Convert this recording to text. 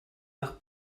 nach